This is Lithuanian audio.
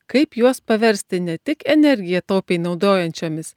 kaip juos paversti ne tik energiją taupiai naudojančiomis